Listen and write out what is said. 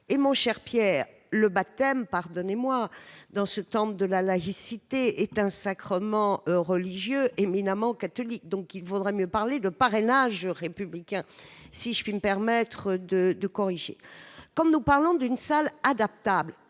et mon cher Pierre, le baptême, pardonnez-moi, dans ce temple de la laïcité est un sacrement eux religieux éminemment catholique donc il vaudrait mieux parler de parrainage républicain si je fume, permettre de de corriger quand nous parlons d'une salle adaptable